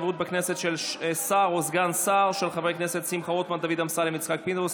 הכנסת שמחה רוטמן, דוד אמסלם, יצחק פינדרוס,